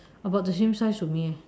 about the same size with me eh